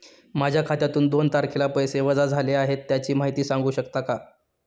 माझ्या खात्यातून दोन तारखेला पैसे वजा झाले आहेत त्याची माहिती सांगू शकता का?